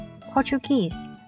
Portuguese